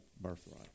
birthright